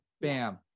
bam